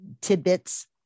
tidbits